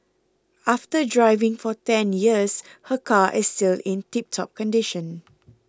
after driving for ten years her car is still in tip top condition